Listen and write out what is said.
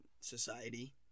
society